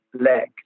leg